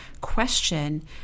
question